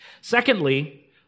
Secondly